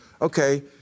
Okay